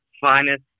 finest